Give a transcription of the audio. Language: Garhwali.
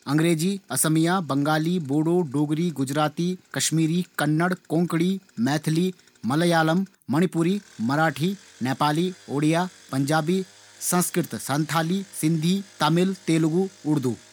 अंग्रेजी, असमिया, बंगाली, बोडो, डोगरी, गुजरती, कन्नड़, कश्मीरी, कोंकड़ी, मेथिली, मलियालमी, मणिपुरी, मराठी, नेपाली, उड़िया, पंजाबी, संस्कृत, संथाली, सिंधी, तमिल, तेलगु, उर्दू।